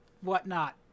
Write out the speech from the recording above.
whatnot